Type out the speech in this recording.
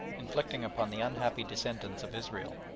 inflicting upon the unhappy descendants of israel.